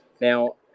Now